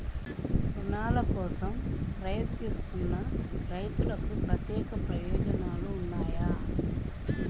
రుణాల కోసం ప్రయత్నిస్తున్న రైతులకు ప్రత్యేక ప్రయోజనాలు ఉన్నాయా?